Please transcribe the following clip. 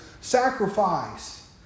sacrifice